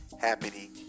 happening